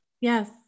yes